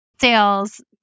sales